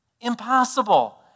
impossible